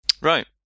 Right